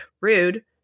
Rude